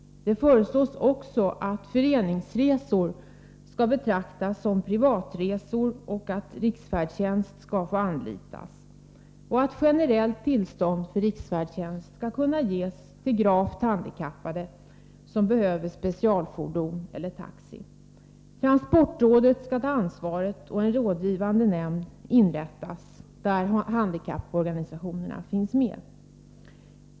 Det föreslås också att föreningsresor skall betraktas som privatresor och att riksfärdtjänst skall få anlitas samt att generellt tillstånd för riksfärdtjänst skall kunna ges till gravt handikappade som behöver specialfordon eller taxi. Transportrådet skall ta ansvaret, och en rådgivande nämnd skall inrättas, där handikapporganisationerna skall vara med.